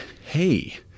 hey